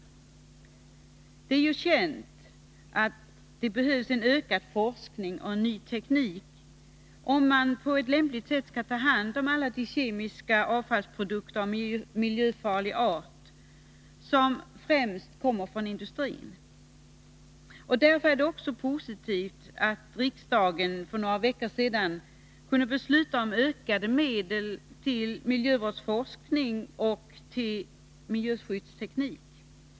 Det är ju känt att det behövs en ökad forskning och en ny teknik, om man på ett lämpligt sätt skall kunna ta hand om alla de kemiska avfallsprodukter av miljöfarlig art som främst kommer från industrin. Därför är det också positivt att riksdagen för några veckor sedan kunde besluta om ökade medel till miljövårdsforskning och miljöskyddsteknik.